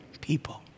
people